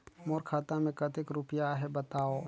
मोर खाता मे कतेक रुपिया आहे बताव?